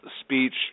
speech